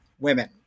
women